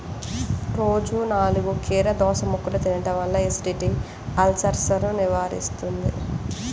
రోజూ నాలుగు కీరదోసముక్కలు తినడం వల్ల ఎసిడిటీ, అల్సర్సను నివారిస్తుంది